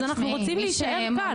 אז אנחנו רוצים להישאר כאן.